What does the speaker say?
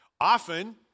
Often